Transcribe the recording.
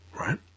right